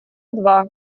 два